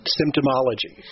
symptomology